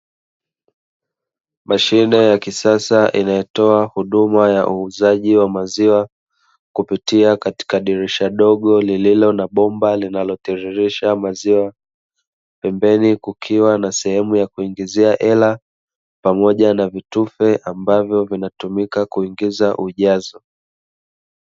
Mashine ya kisasa inayotoa huduma ya uuzaji wa maziwa kupitia katika dirisha dogo lililo na bomba linalotiririsha maziwa, pembeni kukiwa na sehemu ya kuingizia hela pamoja na vitufe ambavyo vinatumika kuingiza ujazo.